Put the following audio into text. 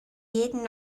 jeden